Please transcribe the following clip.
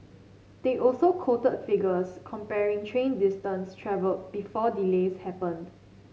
they also quoted figures comparing train distance travelled before delays happened